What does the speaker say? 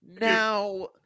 Now